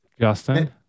Justin